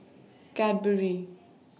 Cadbury